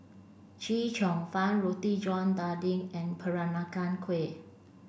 Chee Cheong Fun Roti John daging and Peranakan Kueh